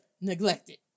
neglected